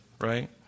right